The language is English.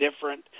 different